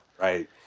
Right